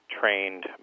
trained